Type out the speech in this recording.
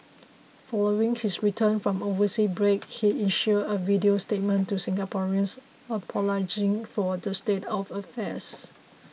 following his return from an overseas break he issued a video statement to Singaporeans apologising for the state of affairs